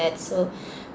so